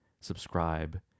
subscribe